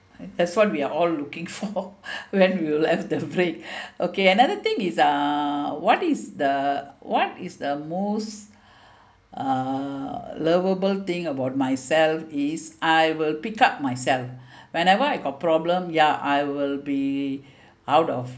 that's what we are all looking for when we will have the break okay another thing is uh what is the what is the most uh lovable thing about myself is I will pick up myself whenever I got problem ya I will be out of